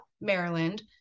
Maryland